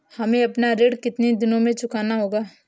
हमें अपना ऋण कितनी दिनों में चुकाना होगा?